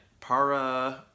para